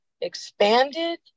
expanded